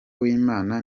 w’imana